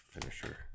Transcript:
finisher